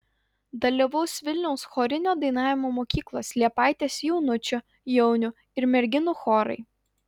dalyvaus vilniaus chorinio dainavimo mokyklos liepaitės jaunučių jaunių ir merginų chorai